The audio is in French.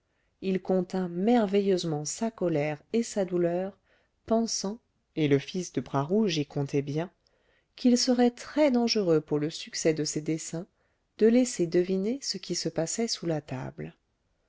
il contint merveilleusement sa colère et sa douleur pensant et le fils de bras rouge y comptait bien qu'il serait très dangereux pour le succès de ses desseins de laisser deviner ce qui se passait sous la table